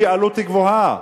היא עלות גבוהה,